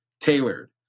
tailored